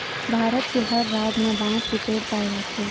भारत के हर राज म बांस के पेड़ पाए जाथे